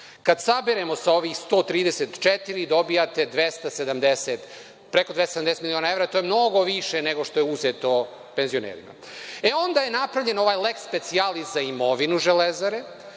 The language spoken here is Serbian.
Kad saberemo sa ovih 134, dobijate preko 270 miliona evra. To je mnogo više nego što je uzeto penzionerima.E, onda je napravljen ovaj leks specijalis za imovinu „Železare“,